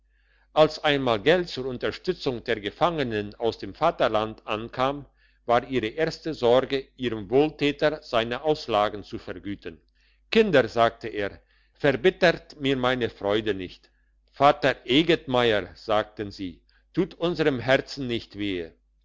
als einmal geld zur unterstützung der gefangenen aus dem vaterland ankam war ihre erste sorge ihrem wohltäter seine auslagen zu vergüten kinder sagte er verbittert mir meine freude nicht vater egetmeier sagten sie tut unserm herzen nicht wehe